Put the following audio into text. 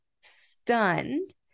stunned